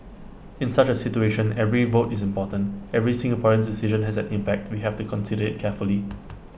in such A situation every vote is important every Singaporean's decision has an impact we have to consider IT carefully